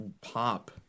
pop